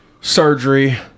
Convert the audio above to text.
surgery